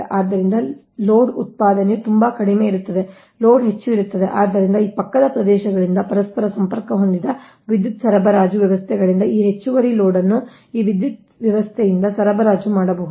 ಆದ್ದರಿಂದ ಲೋಡ್ ಉತ್ಪಾದನೆಯು ತುಂಬಾ ಕಡಿಮೆ ಇರುತ್ತದೆ ಲೋಡ್ ಹೆಚ್ಚು ಇರುತ್ತದೆ ಆದ್ದರಿಂದ ಈ ಪಕ್ಕದ ಪ್ರದೇಶಗಳಿಂದ ಪರಸ್ಪರ ಸಂಪರ್ಕ ಹೊಂದಿದ ವಿದ್ಯುತ್ ಸರಬರಾಜು ವ್ಯವಸ್ಥೆಗಳಿಂದ ಈ ಹೆಚ್ಚುವರಿ ಲೋಡ್ ಅನ್ನು ಈ ವಿದ್ಯುತ್ ವ್ಯವಸ್ಥೆಯಿಂದ ಸರಬರಾಜು ಮಾಡಬಹುದು